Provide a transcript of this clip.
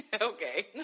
Okay